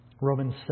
Romans